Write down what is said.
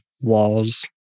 walls